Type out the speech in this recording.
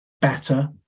better